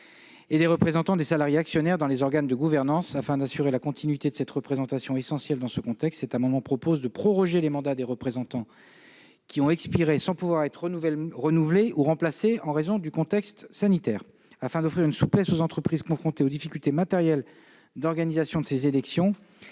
et des représentants des salariés actionnaires dans les organes de gouvernance. Afin d'assurer la continuité de cette représentation essentielle, le présent amendement tend à proroger les mandats des représentants qui ont expiré sans pouvoir être renouvelés ou remplacés en raison du contexte sanitaire. En outre, pour offrir une souplesse aux entreprises confrontées aux difficultés matérielles d'organisation de ces élections,